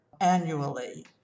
annually